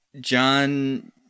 John